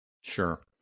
Sure